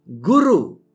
Guru